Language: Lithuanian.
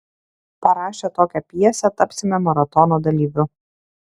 parašę tokią pjesę tapsime maratono dalyviu